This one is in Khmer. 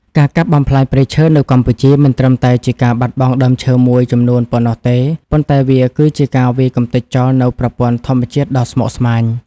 ការកាប់បំផ្លាញព្រៃឈើនៅកម្ពុជាមិនត្រឹមតែជាការបាត់បង់ដើមឈើមួយចំនួនប៉ុណ្ណោះទេ ប៉ុន្តែវាគឺជាការវាយកម្ទេចចោលនូវប្រព័ន្ធធម្មជាតិដ៏ស្មុគស្មាញ។